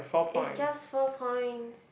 is just four points